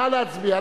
נא להצביע.